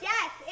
Yes